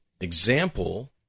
example